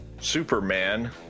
Superman